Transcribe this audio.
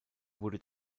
wurde